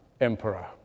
emperor